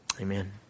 amen